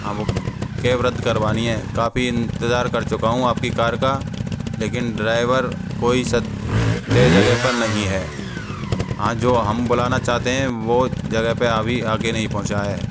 हाँ वो कैब रद्द करवानी है काफ़ी इंतज़ार कर चुका हूँ आपकी कार का लेकिन ड्राइवर कोई सत्य जगह पर नहीं है हाँ जो हम बुलाना चाहते हैं वो जगह पे अभी आके नहीं पहुँचा है